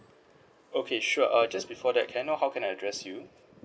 okay sure err just before that can I know how can I address you